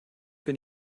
bin